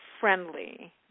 friendly